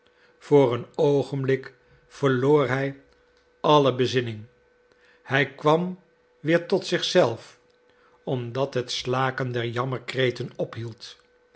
voor een oogenblik verloor hij alle bezinning hij kwam weer tot zich zelf omdat het slaken der jammerkreten ophield